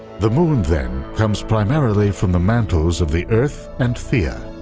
the moon, then, comes primarily from the mantles of the earth and theia.